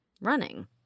running